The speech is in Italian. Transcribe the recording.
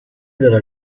della